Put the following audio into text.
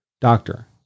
Doctor